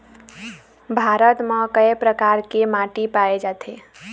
भारत म कय प्रकार के माटी पाए जाथे?